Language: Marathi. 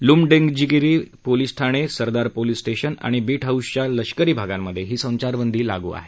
लुमडेंगजीरी पोलीस ठाणे सरदार पोलीस स्टेशन आणि बीट हाऊसच्या लष्करी भागांमधे ही संचारबंदी लागू आहे